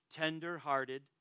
tender-hearted